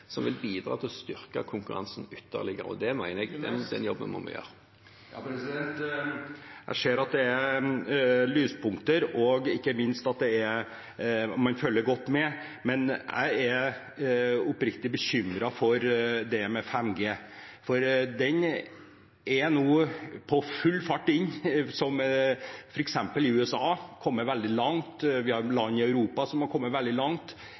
som vil bidra til å styrke konkurransen ytterligere. Jeg mener at den jobben må vi gjøre. Jeg ser at det er lyspunkter, og ikke minst at man følger godt med. Men jeg er oppriktig bekymret for det med 5G, som nå er på full fart inn, f.eks. har USA kommet veldig langt. Vi har land i Europa som har kommet veldig langt.